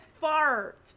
fart